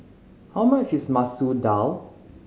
how much is Masoor Dal